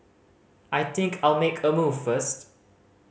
I think I'll make a move first